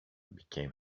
became